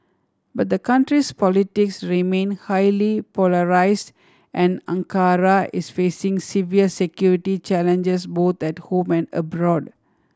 but the country's politics remain highly polarised and Ankara is facing severe security challenges both at home and abroad